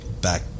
back